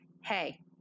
hey